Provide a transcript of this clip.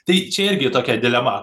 tai čia irgi tokia dilema